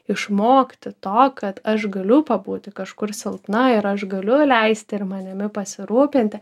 išmokti to kad aš galiu pabūti kažkur silpna ir aš galiu leisti ir manimi pasirūpinti